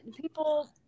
people